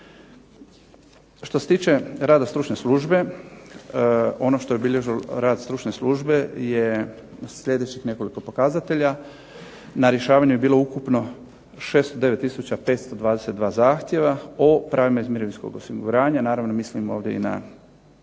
Što se tiče rada stručne službe, ono što je obilježilo rad stručne službe je sljedećih nekoliko pokazatelja. Na rješavanju je bilo ukupno 609522 zahtjeva o pravima iz mirovinskog osiguranja. Naravno, mislim ovdje i na